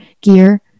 gear